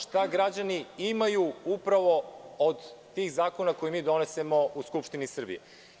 Šta građani imaju upravo od tih zakona koje mi donesemo u Skupštini Srbije.